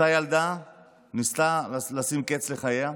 אותה ילדה ניסתה לשים קץ לחייה,